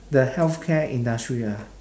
the healthcare industry lah